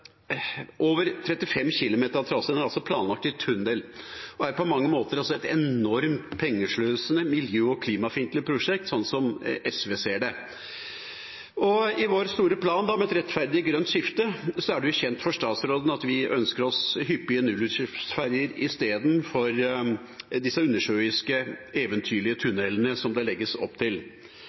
over 35 km av traseen er planlagt i tunnel og er på mange måter et enormt pengesløsende miljø- og klimafiendtlig prosjekt, sånn SV ser det. I vår store plan om et rettferdig grønt skifte er det kjent for statsråden at vi ønsker oss hyppige nullutslippsferger i stedet for disse undersjøiske eventyrlige tunnelene som det legges opp til.